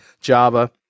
Java